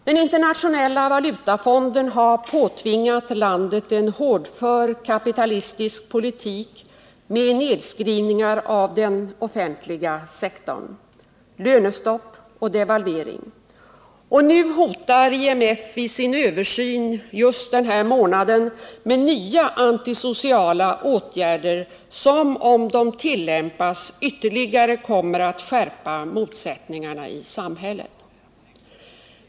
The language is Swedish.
Den internationella valutafonden har påtvingat landet en hårdför kapitalistisk politik med nedskrivningar av den offentliga sektorn, lönestopp och devalvering. Nu hotar IMF vid sin översyn just denna månad med nya antisociala åtgärder som, om de tillämpas, ytterligare kommer att skärpa motsättningarna i samhället.